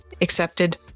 accepted